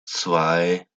zwei